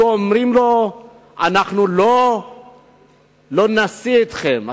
אומרים לו: אנחנו לא נשיא אתכם,